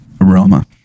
aroma